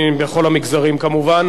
אני, בכל המגזרים, כמובן.